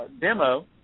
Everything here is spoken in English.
demo